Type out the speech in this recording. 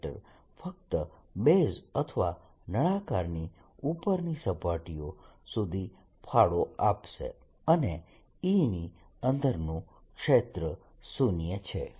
ds ફક્ત base અથવા નળાકારની ઉપરની સપાટીઓ સુધી ફાળો આપશે અને E ની અંદરનું ક્ષેત્ર શુન્ય છે